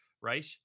Right